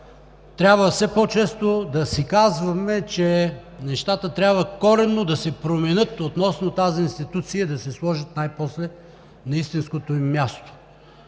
трябва все по-често да си казваме, че нещата трябва коренно да се променят относно тази институция и да се сложат най-после на истинското им място.